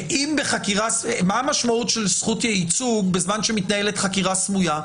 מה המשמעות של זכות הייצוג בזמן שמתנהלת חקירה סמויה?